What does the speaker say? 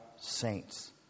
saints